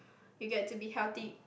you get to be healthy